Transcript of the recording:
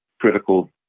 critical